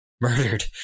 murdered